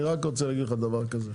אני רק רוצה להגיד לך דבר כזה.